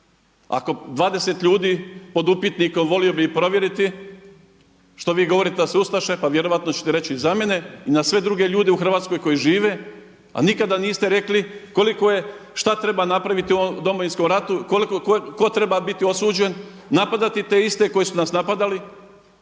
Ako je 20 ljudi pod upitnikom, volio bih ih provjeriti, što vi govorite da su ustaše pa vjerojatno ćete reći i za mene i na sve druge ljude u Hrvatskoj koji žive a nikada niste rekli koliko je, šta treba napraviti u ovom Domovinskom ratu, koliko tko treba biti osuđen, napadati te iste koji su nas napadali.